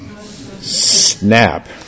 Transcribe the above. Snap